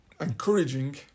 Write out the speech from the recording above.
Encouraging